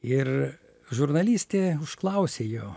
ir žurnalistė užklausė jo